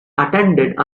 attended